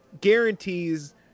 guarantees